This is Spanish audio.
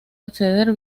acceder